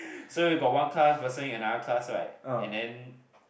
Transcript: so you got one class versus another class right and then